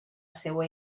seua